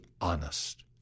honest